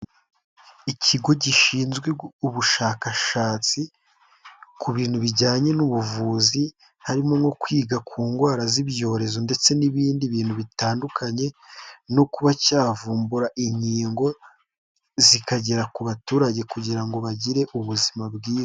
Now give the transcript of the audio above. Ikigo gishinzwe ubushakashatsi ku bintu bijyanye n'ubuvuzi harimo nko kwiga ku ndwara z'ibyorezo ndetse n'ibindi bintu bitandukanye, no kuba cyavumbura inkingo zikagera ku baturage kugira ngo bagire ubuzima bwiza.